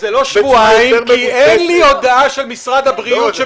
זה לא שבועיים כי אין לי הודעה של משרד הבריאות,